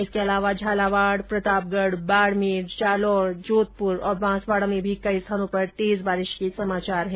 इसके अलावा झालावाड प्रतापगढ बाडमेर जालोर जोधपुर और बांसवाडा में भी कई स्थानों पर तेज बारिश हुई